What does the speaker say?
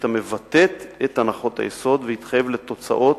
המבטאת את הנחות היסוד ויתחייב לתוצאות,